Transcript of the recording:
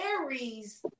Aries